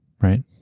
Right